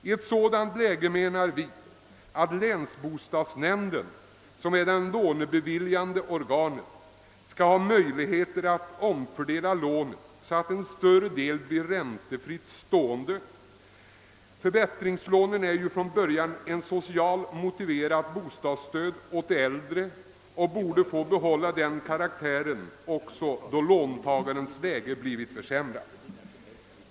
I ett sådant läge menar vi att länsbostadsnämnden, som är det lånebeviljande organet, skall ha möjlighet att omfördela lånet så att en större del därav blir räntefri. Förbättringslånet är ju från början ett socialt motiverat bostadsstöd åt de äldre och borde få behålla den karaktären också då låntagarens läge har blivit försämrat.